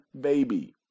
baby